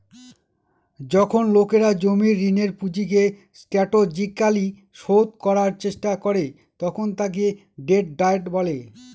যখন লোকেরা জমির ঋণের পুঁজিকে স্ট্র্যাটেজিকালি শোধ করার চেষ্টা করে তখন তাকে ডেট ডায়েট বলে